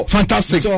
Fantastic